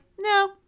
no